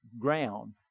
ground